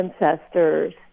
ancestors